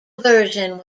version